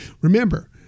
Remember